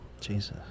jesus